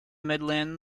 midland